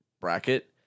bracket